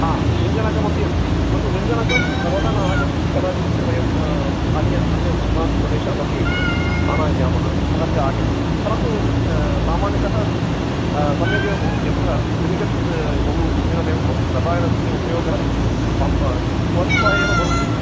हा गृञ्जनकमपि अस्ति परन्तु गृञ्जनकं सर्वदा न आगच्छति कदाचित् वयम् अन्यत् अन्यस्मात् प्रदेशादपि आनयामः तदपि आगच्छति परन्तु सामान्यतः सम्यगेव भवति अत्र केमिकल्स् बहु न्यूनमेव भवति रसायनस्य उपयोगः स्वल्पः एव भवति